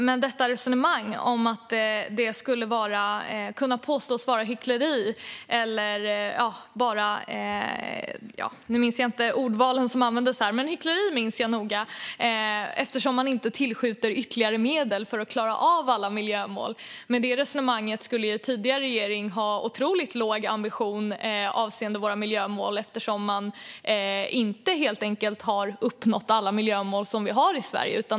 Men detta resonemang om att det skulle kunna påstås vara hyckleri eller något annat - jag minns inte ledamotens ordval - eftersom man inte tillskjuter ytterligare medel för att klara av alla miljömål skulle den tidigare regeringen ha haft en otroligt låg ambition avseende våra miljömål eftersom den inte har uppnått alla miljömål som vi har i Sverige.